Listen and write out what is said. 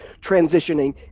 transitioning